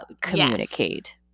communicate